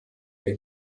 der